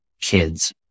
kids